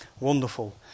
Wonderful